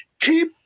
keep